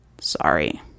Sorry